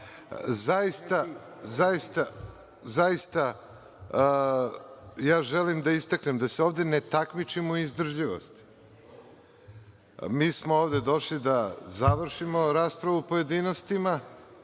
reći. Zaista, ja želim da istaknem da se ovde ne takmičimo u izdržljivosti. Mi smo ovde došli da završimo raspravu u pojedinostima